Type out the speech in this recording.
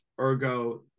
Ergo